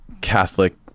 Catholic